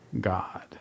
God